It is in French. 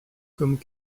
comme